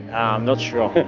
i'm not sure. ah